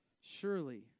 surely